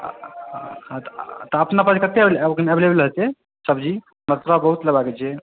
हाँ तऽ अपना पर कतेक अबै बला छै सब्जी मतलब बहुत लेबाक छै